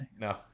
No